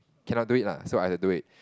cannot do it lah so I had to do it